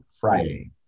Friday